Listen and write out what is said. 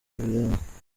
biranga